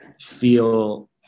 feel